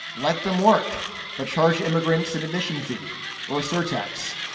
let them work but charge immigrants an admission fee or a surtax.